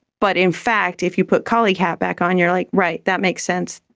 but in fact if you put colleague hat back on you're like, right, that makes sense,